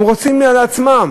הם רוצים לעצמם.